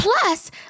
Plus